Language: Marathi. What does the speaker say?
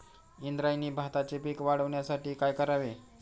इंद्रायणी भाताचे पीक वाढण्यासाठी काय करावे?